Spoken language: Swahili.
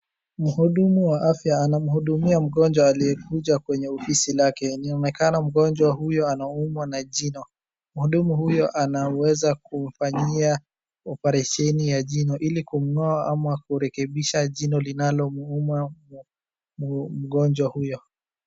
Mhudumu wa afya anamhudumia mgonjwa aliye kuja kwenye ofisi lake. Inaonekana mgonjwa huyo anaumwa na jino. Mhudumu huyo anaweza kumfanyia operesheni ya jino ili kumng'oa ama kurekebisha jino linalomuuma mgonjwa huyo.